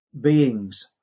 beings